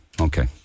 Okay